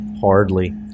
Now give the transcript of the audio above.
Hardly